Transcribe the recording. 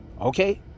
okay